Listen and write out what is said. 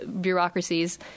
bureaucracies